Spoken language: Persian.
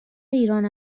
ایران